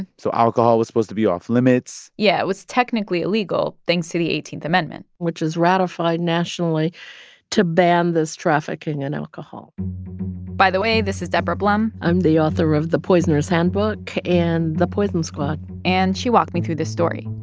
so alcohol was supposed to be off-limits yeah, it was technically illegal, thanks to the eighteenth amendment which was ratified nationally to ban this trafficking in alcohol by the way, this is deborah blum i'm the author of the poisoner's handbook and the poison squad. and she walked me through this story.